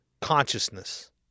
consciousness